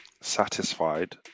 satisfied